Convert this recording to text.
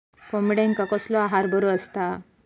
कोंबड्यांका कसलो आहार बरो असता?